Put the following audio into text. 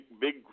big